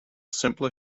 simply